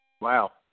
Wow